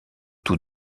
tous